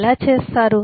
ఏమి చేస్తారు